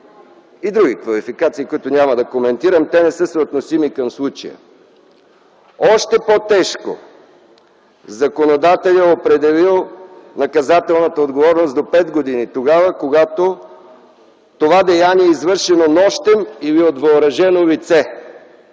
и други квалификации, които няма да коментирам. Те не са съотносими към случая. Още по-тежко законодателят е определил наказателната отговорност до пет години тогава, когато това деяние е извършено нощем или от въоръжено лице,